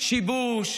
שיבוש,